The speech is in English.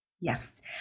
Yes